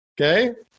okay